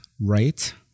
right